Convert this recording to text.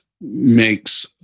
makes